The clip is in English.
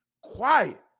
quiet